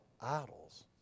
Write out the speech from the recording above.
idols